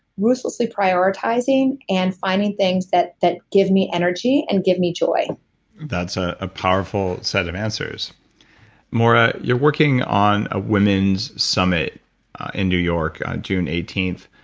ruthlessly prioritizing, and finding things that that give me energy and give me joy that's ah a powerful set of answers moira, you're working on a women's summit in new york, june eighteenth.